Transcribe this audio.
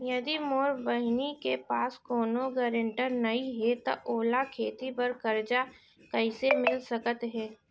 यदि मोर बहिनी के पास कोनो गरेंटेटर नई हे त ओला खेती बर कर्जा कईसे मिल सकत हे?